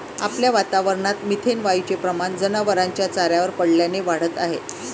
आपल्या वातावरणात मिथेन वायूचे प्रमाण जनावरांच्या चाऱ्यावर पडल्याने वाढत आहे